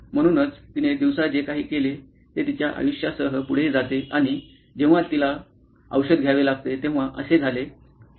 म्हणूनच तिने दिवसा जे काही केले ते तिच्या आयुष्यासह पुढे जाते आणि जेव्हा तिला तिला औषध घ्यावे लागते तेव्हा असे झाले